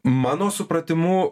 mano supratimu